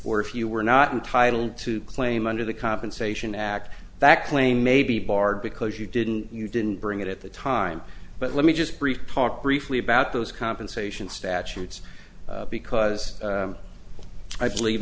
or if you were not entitle to claim under the compensation act that claim may be barred because you didn't you didn't bring it at the time but let me just briefly talk briefly about those compensation statutes because i believe